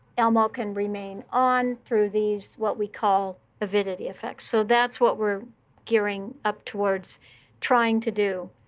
elmo can remain on through these, what we call, avidity effects. so that's what we're gearing up towards trying to do.